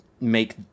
make